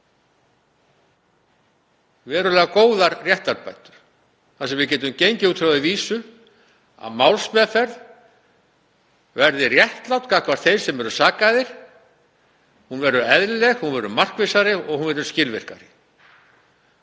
verulega góðar réttarbætur, þar sem við getum gengið út frá því sem vísu að málsmeðferð verði réttlát gagnvart þeim sem eru sakaðir. Hún verður eðlileg, hún verður markvissari og hún verði skilvirkari.